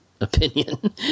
opinion